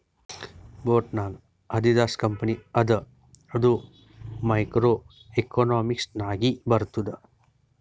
boat ನಾಗ್ Adidas company ಅದ ಅದು ಮೈಕ್ರೋ ಎಕನಾಮಿಕ್ಸ್ ನಾಗೆ ಬರ್ತುದ್